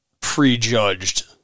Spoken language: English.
prejudged